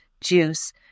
juice